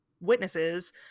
witnesses